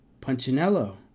Punchinello